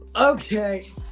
Okay